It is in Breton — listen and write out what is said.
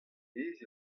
bezh